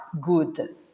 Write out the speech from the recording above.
good